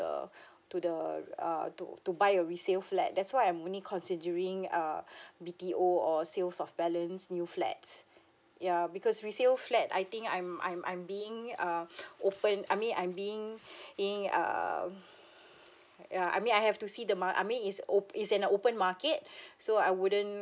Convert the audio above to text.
uh to the err to to buy a resale flat that's why I'm only considering err B_T_O or sales of balance new flats ya because resale flat I think I'm I'm I'm being um open I mean I'm being being err ya I mean I have to see the mar~ I mean it's op~ it's an open market so I wouldn't